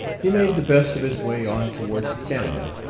he made the best of his way on towards canada,